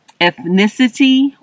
ethnicity